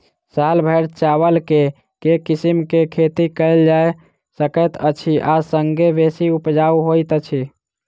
साल भैर चावल केँ के किसिम केँ खेती कैल जाय सकैत अछि आ संगे बेसी उपजाउ होइत अछि?